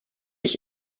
ich